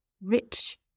rich